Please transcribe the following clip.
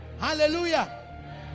hallelujah